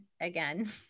again